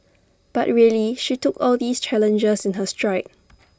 but really she took all these challenges in her stride